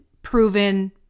proven